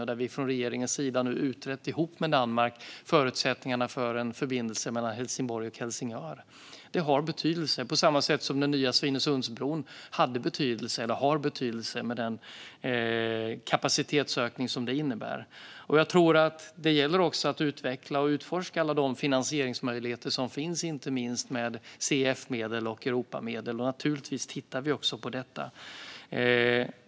Och vi har från regeringens sida nu tillsammans med Danmark utrett förutsättningarna för en förbindelse mellan Helsingborg och Helsingör. Det har betydelse på samma sätt som den nya Svinesundsbron har betydelse med den kapacitetsökning som den innebär. Det gäller också att utveckla och utforska alla finansieringsmöjligheter som finns, inte minst med CEF-medel och Europamedel. Naturligtvis tittar vi också på detta.